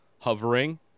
hovering